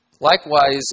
Likewise